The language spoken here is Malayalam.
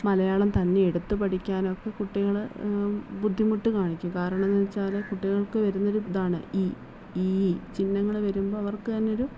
മലയാളം തന്നെ എടുത്ത് പഠിക്കാനൊക്കെ കുട്ടികൾ ബുദ്ധിമുട്ട് കാണിക്കും കാരണം എന്ന് വെച്ചാൽ കുട്ടികൾക്ക് വരുന്നൊരു ഇതാണ് ഇ ഈ ചിഹ്നങ്ങൾ വരുമ്പോൾ അവർക്ക് തന്നെയൊരു